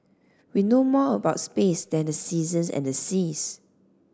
we know more about space than the seasons and the seas